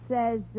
says